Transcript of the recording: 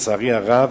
לצערי הרב,